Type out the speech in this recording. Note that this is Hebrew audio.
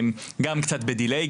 גם קצת בדיליי,